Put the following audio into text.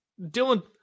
Dylan